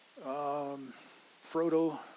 Frodo